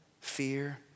fear